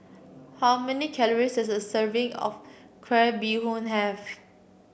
how many calories does a serving of Crab Bee Hoon have